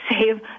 save